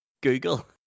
Google